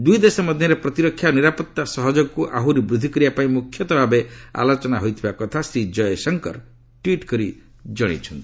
ଦୁଇଦେଶ ମଧ୍ୟରେ ପ୍ରତିରକ୍ଷା ଓ ନିରାପତ୍ତା ସହଯୋଗକୁ ଆହୁରି ବୃଦ୍ଧି କରିବା ପାଇଁ ମ୍ରଖ୍ୟତଃ ଭାବେ ଆଲୋଚନା ହୋଇଥିବା କଥା ଶ୍ରୀ ଜୟଶଙ୍କର ଟ୍ୱିଟ୍ କରି ଜଣାଇଛନ୍ତି